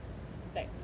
text